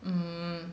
mm